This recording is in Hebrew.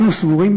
אנו סבורים,